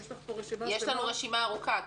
יש לנו רשימה ארוכה.